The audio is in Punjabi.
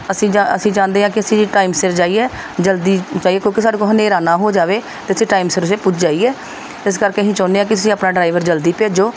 ਅਸੀਂ ਜਾ ਅਸੀਂ ਚਾਹੁੰਦੇ ਹਾਂ ਕਿ ਅਸੀਂ ਟਾਈਮ ਸਿਰ ਜਾਈਏ ਜਲਦੀ ਜਾਈਏ ਕਿਉਂਕਿ ਸਾਡੇ ਕੋਲ ਹਨੇਰਾ ਨਾ ਹੋ ਜਾਵੇ ਅਤੇ ਅਸੀਂ ਟਾਈਮ ਸਿਰ ਅਸੀਂ ਪੁੱਜ ਜਾਈਏ ਇਸ ਕਰਕੇ ਅਸੀਂ ਚਾਹੁੰਦੇ ਹਾਂ ਕਿ ਤੁਸੀਂ ਆਪਣਾ ਡਰਾਈਵਰ ਜਲਦੀ ਭੇਜੋ